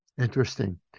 Interesting